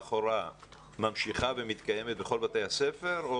הוראה ממשיכה ומתקיימת בכל בתי הספר?